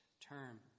term